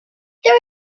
there